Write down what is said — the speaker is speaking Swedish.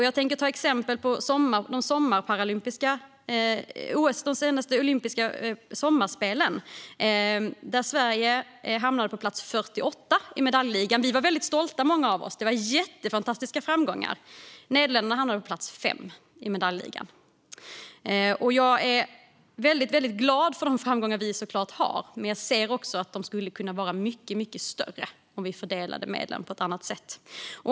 Jag kan ta som exempel de senaste olympiska sommarspelen. Där hamnade Sverige på plats 48 i medaljligan. Många av oss var väldigt stolta. Det var fantastiska framgångar. Nederländerna hamnade på plats 5 i medaljligan. Jag är såklart väldigt glad för de framgångar vi har. Men jag ser också att de skulle kunna vara mycket större om vi fördelade medlen på ett annat sätt.